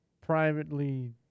privately